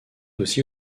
aussi